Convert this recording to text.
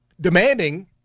demanding